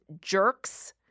jerks